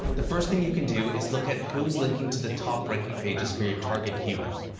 the first thing you can do is look at who's linking to the top-ranking pages for your target keyword.